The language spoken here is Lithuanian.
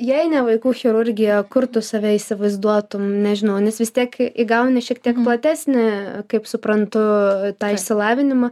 jei ne vaikų chirurgija kur tu save įsivaizduotum nežinau nes vis tiek įgauni šiek tiek platesnį kaip suprantu tą išsilavinimą